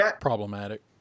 problematic